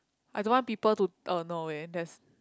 I don't want people to a no way there's